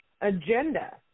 agenda